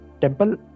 temple